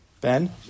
Ben